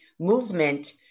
movement